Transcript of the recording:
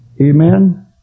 Amen